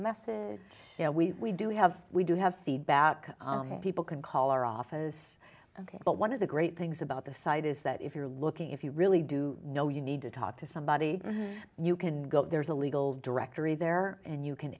messes we do have we do have feedback people can call our office but one of the great things about the site is that if you're looking if you really do know you need to talk to somebody you can go there's a legal directory there and you can